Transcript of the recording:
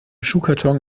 schuhkarton